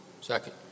Second